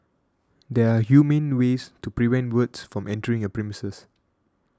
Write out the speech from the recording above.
there are humane ways to prevent birds from entering your premises